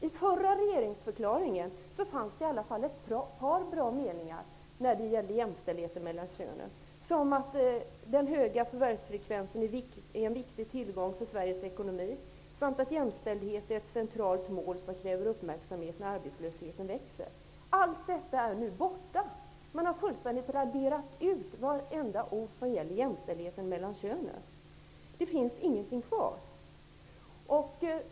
I förra regeringsförklaringen fanns det i alla fall ett par bra meningar om jämställdheten mellan könen. Det sades t.ex. att den höga förvärvsfrekvensen är en viktig tillgång för Sveriges ekonomi och att jämställdhet är ett centralt mål som kräver uppmärksamhet när arbetslösheten växer. Allt detta är borta nu. Varenda ord om jämställdheten mellan könen är fullständigt utraderat.